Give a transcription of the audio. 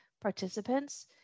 participants